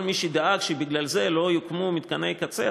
כל מי שדאג שבגלל זה לא יוקמו מתקני קצה,